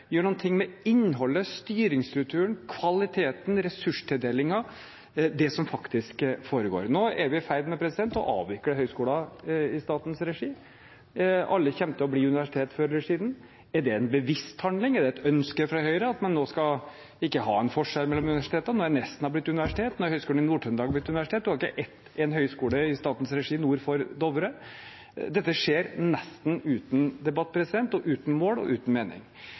med innholdet, styringsstrukturen, kvaliteten, ressurstildelingen – det som faktisk foregår. Nå er vi i ferd med å avvikle høyskoler i statens regi. Alle kommer til å bli universitet før eller siden. Er det en bevisst handling? Er det et ønske fra Høyre om at det nå ikke skal være en forskjell? Nå er Nesna blitt universitet, og nå er Høgskolen i Nord-Trøndelag blitt universitet. Man har ikke en høyskole i statens regi nord for Dovre. Dette skjer nesten uten debatt, uten mål og uten mening.